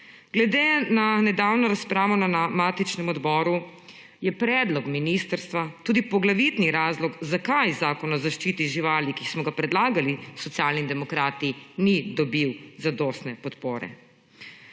Glede na nedavno razpravo na matičnem odboru je predlog ministrstva tudi poglavitni razlog, zakaj Zakon o zaščiti živali, ki smo ga predlagali Socialni demokrati, ni dobil zadostne podpore.